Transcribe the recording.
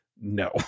No